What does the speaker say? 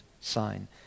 sign